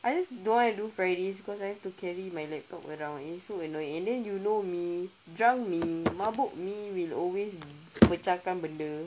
I just don't want do fridays because I have to carry my laptop around it's so annoying and then you know me drunk me mabuk me will always pecahkan benda